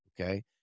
okay